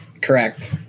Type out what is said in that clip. Correct